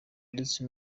ndetse